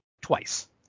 twice